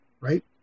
right